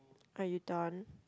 are you done